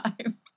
time